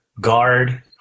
guard